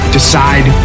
decide